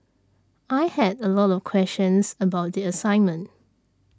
I had a lot of questions about the assignment